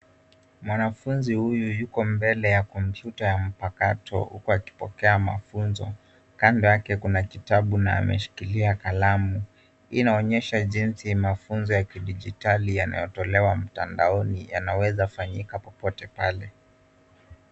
Mwanafunzi huyu yuko mbele ya kompyuta ya mpakato huku akipokea mafunzo, kando yake kuna kitabu na ameshikilia kalamu. hii inaonyesha jinsi mafunzo ya kidijitali yanayotolewa mtandaoni yanaweza fanyika popote pale.